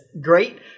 great